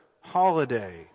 holiday